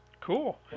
Cool